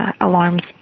alarms